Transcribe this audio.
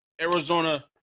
Arizona